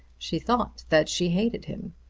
she thought that she hated him.